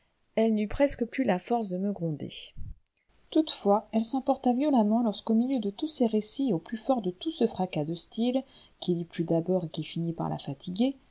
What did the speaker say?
elle n'eut presque plus la force de me gronder toutefois elle s'emporta violemment lorsqu'au milieu de tous ces récits et au plus fort de tout ce fracas de style qui lui plut d'abord et qui finit par la fatiguer